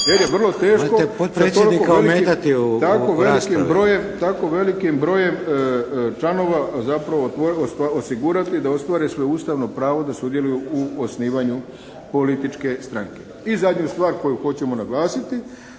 Mato (SDP)** Sa tako velikim brojem članova zapravo osigurati da ostvare svoje ustavno pravo da sudjeluju u osnivanju političke stranke. I zadnju stvar koju hoćemo naglasiti.